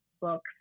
books